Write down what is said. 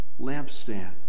lampstand